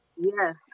Yes